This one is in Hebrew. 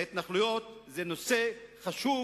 שהתנחלויות הן נושא חשוב,